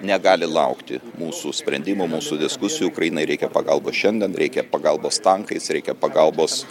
negali laukti mūsų sprendimų mūsų diskusijų ukrainai reikia pagalbos šiandien reikia pagalbos tankais reikia pagalbos